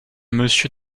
monsieur